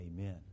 Amen